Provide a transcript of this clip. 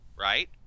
right